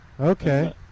Okay